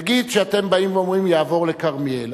נגיד שאתם באים ואומרים: יעבור לכרמיאל.